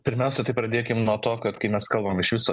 pirmiausia tai pradėkim nuo to kad kai mes kalbam iš viso